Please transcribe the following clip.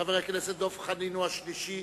חבר הכנסת דב חנין הוא השלישי,